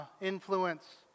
influence